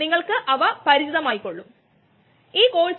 അതാണ് എൻസൈമുകളിലുള്ള നമ്മുടെ താൽപ്പര്യം